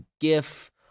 gif